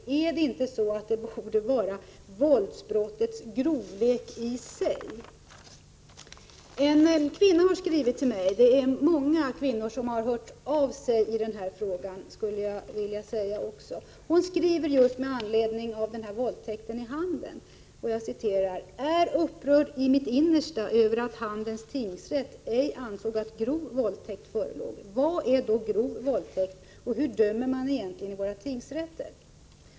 Borde det inte vara hur grovt våldsbrottet i sig är? Många kvinnor har hört av sig i den här frågan. En kvinna har skrivit till mig just med anledning av våldtäkten i Handen: Är upprörd i mitt innersta över att Handens tingsrätt ej ansåg att grov våldtäkt förelåg. Vad är då grov våldtäkt, och hur dömer man egentligen i våra tingsrätter?